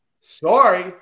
Sorry